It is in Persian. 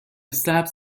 سبز